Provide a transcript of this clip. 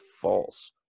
false